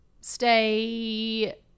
stay